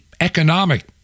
economic